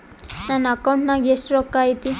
ನನ್ನ ಅಕೌಂಟ್ ನಾಗ ಎಷ್ಟು ರೊಕ್ಕ ಐತಿ?